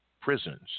prisons